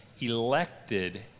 elected